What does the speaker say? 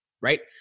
right